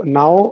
now